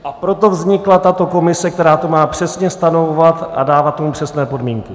A proto vznikla tato komise, která to má přesně stanovovat a dávat tomu přesné podmínky.